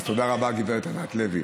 אז תודה רבה, גב' ענת לוי.